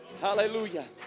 hallelujah